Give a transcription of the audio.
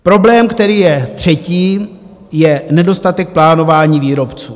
Problém, který je třetí, je nedostatek plánování výrobců.